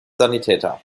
sanitäter